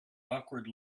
awkward